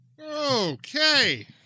Okay